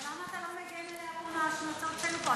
ולמה אתה לא מגן עליה פה מההשמצות שהיו פה?